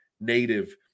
native